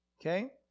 okay